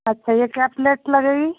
अच्छा ये क्या प्लेट लगेगी